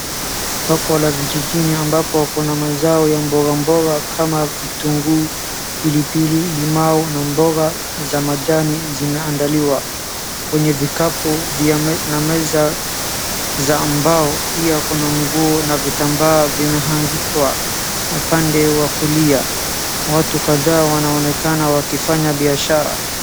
Hapo ni vijijini ambapo kuna mazao ya mbogamboga kama:vitunguu, pilipili ,limau na mboga za majani zimeandaliwa kwenye vikapu na meza za mbao .Pia kuna nguo na vitambaa vimehangikwa upande wa kulia ,watu kadhaa wanaonekana wakifanya biashara.